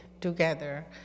together